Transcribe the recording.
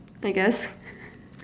I guess